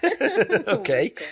Okay